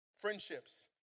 friendships